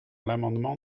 l’amendement